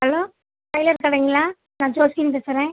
hello tailor கடைங்களா நான் Jocelyn பேசுகிறேன்